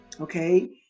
okay